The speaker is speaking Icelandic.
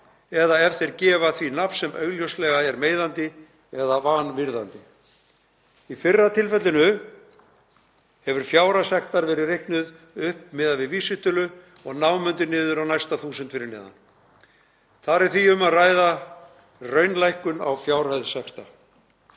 eða ef þeir gefa því nafn sem augljóslega er meiðandi eða vanvirðandi. Í fyrra tilfellinu hefur fjárhæð sektar verið reiknuð upp miðað við vísitölu og námunduð niður á næsta þúsund fyrir neðan. Þar er því um að ræða raunlækkun á fjárhæð sekta.